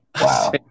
Wow